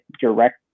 direct